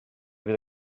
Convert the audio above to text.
fydd